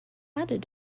added